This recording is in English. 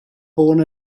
born